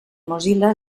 mozilla